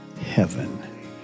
heaven